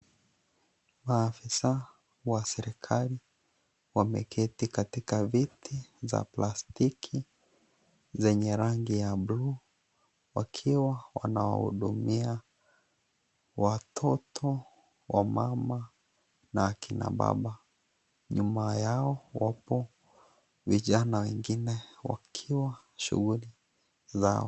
Maafisa wa serikali wameketi katika viti za plastiki zenye rangi ya buluu wakiwa wanawahudumia watoto, wamama na akina baba, nyuma yao wapo vijana wengine wakiwa shughuli zao.